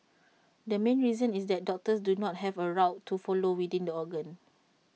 the main reason is that doctors do not have A route to follow within the organ